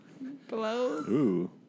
Blow